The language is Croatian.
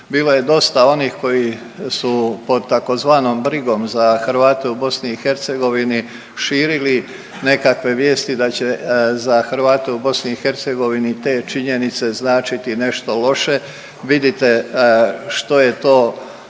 bilo je dosta onih koji pod tzv. brigom za Hrvate u BiH širili nekakve vijesti da će za Hrvate u BiH te činjenice značiti nešto loše. Vidite što je to